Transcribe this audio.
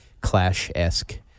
clash-esque